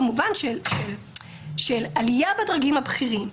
במובן של עלייה בדרגים הבכירים,